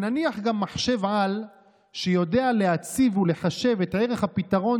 ונניח גם מחשב-על שיודע להציב ולחשב את ערך הפתרון